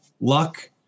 luck